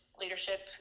leadership